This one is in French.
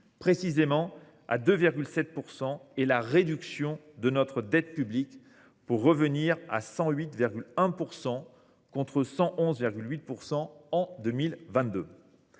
précisément à 2,7 %, et la réduction de notre dette publique pour revenir à 108,1 %, contre 111,8 % en 2022.